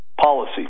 policy